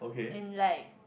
and like